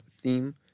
theme